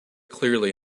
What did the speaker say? clearly